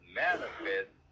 manifest